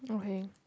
okay